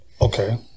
Okay